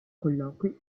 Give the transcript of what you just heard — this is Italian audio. colloqui